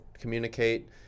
communicate